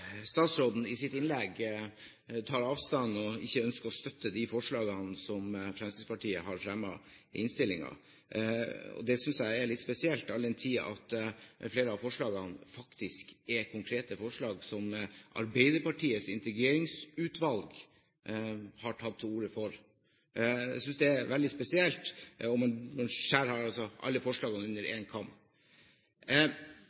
statsråden i sitt innlegg tar avstand fra, og ikke ønsker å støtte, de forslagene som Fremskrittspartiet har fremmet i innstillingen. Det synes jeg er litt spesielt, all den tid flere av forslagene faktisk er konkrete forslag som Arbeiderpartiets integreringsutvalg har tatt til orde for. Jeg synes det er veldig spesielt at man her skjærer alle forslagene